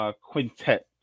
Quintet